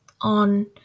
on